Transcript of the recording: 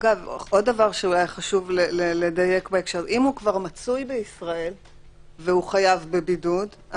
עוד דבר שחשוב לדייק - אם הוא כבר מצוי בישראל וחייב בבידוד,